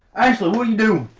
ashley, what are you know